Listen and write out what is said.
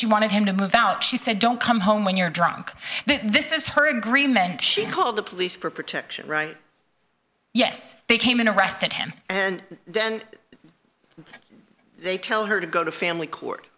she wanted him to move out she said don't come home when you're drunk this is her agreement she called the police for protection yes they came and arrested him and then they tell her to go to family court